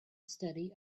study